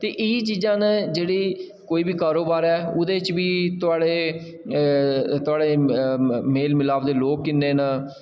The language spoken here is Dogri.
ते एह् चीज़ां न जेह्ड़े कोई बी कारोबार ऐ ओह्दे बिच थुआढ़े थुआढ़े मेल मिलाप दे लोक किन्ने न